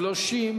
התשס"ט 2009,